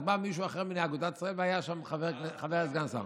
אז בא מישהו אחר מאגודת ישראל והיה שם סגן שר.